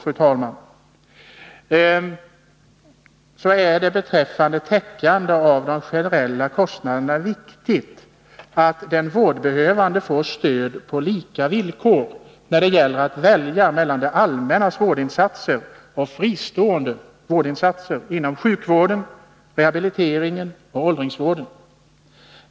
När det gäller att generellt täcka vårdkostnaden är det viktigt att de vårdbehövande på lika villkor kan välja mellan det allmännas vårdinsatser och fristående vårdinsatser inom sjukvården, rehabiliteringen och åldringsvården.